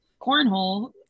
cornhole